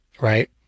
right